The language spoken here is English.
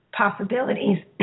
possibilities